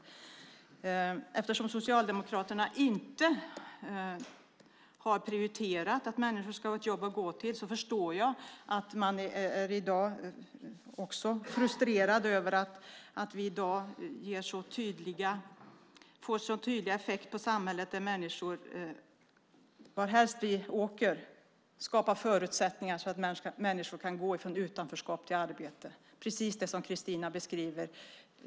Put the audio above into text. Eftersom Socialdemokraterna inte har prioriterat att människor ska ha ett jobb att gå till förstår jag att man i dag är frustrerad över att vi nu får så tydliga effekter i samhället. Varthelst vi än åker ser vi att det skapas förutsättningar så att människor kan gå från utanförskap till arbete - precis det som Kristina beskriver.